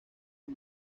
con